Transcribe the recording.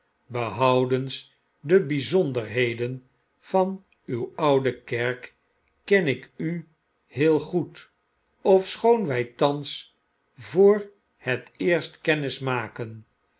behoudens de bjjzonderheden van uw oude kerk ken ik u heel goed ofschoon wij thans voor het eerst